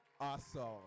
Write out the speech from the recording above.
Awesome